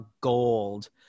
gold